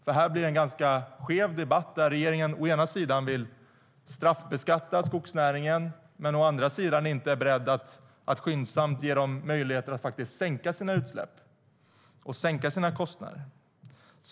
Detta blir en ganska skev debatt där regeringen å ena sidan vill straffbeskatta skogsnäringen men å andra sidan inte är beredd att skyndsamt ge den möjligheter att sänka sina utsläpp och sina kostnader.